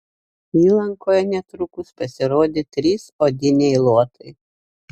įlankoje netrukus pasirodė trys odiniai luotai